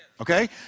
Okay